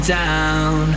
down